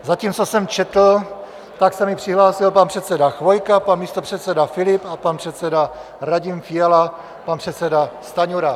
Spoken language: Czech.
Zatímco jsem četl, tak se mi přihlásil pan předseda Chvojka, pan místopředseda Filip, pan předseda Radim Fiala a pan předseda Stanjura.